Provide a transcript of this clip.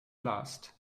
last